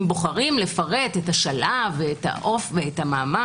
אם בוחרים לפרט את השלב ואת המעמד,